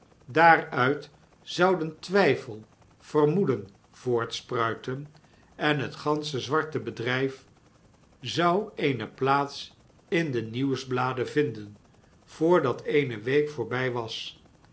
daaruit zouden twyfel vermoeden voortspruiten en het gansche zwarte bedryf zou eene plaats in de nieuwsbladen vinden voordat eene week voorby was